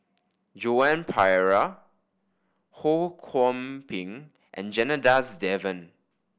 Joan Pereira Ho Kwon Ping and Janadas Devan